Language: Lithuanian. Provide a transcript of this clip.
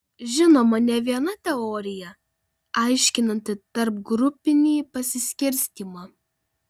žinoma ne viena teorija aiškinanti tarpgrupinį pasiskirstymą